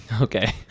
Okay